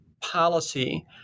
policy